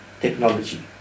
technology